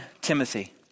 Timothy